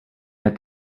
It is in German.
hat